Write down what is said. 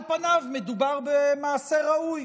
על פניו מדובר במעשה ראוי.